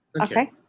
Okay